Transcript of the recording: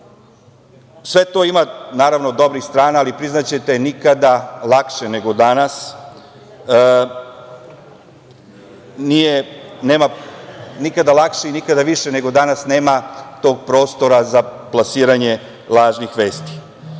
to ima naravno dobrih strana, ali priznaće te, nikada lakše nego i nikada više nego danas nema prostora za plasiranje lažnih vesti.